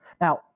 Now